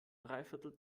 dreiviertel